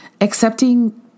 accepting